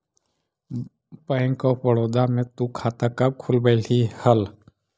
bank of Baroda में तु खाता कब खुलवैल्ही हल